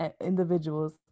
individuals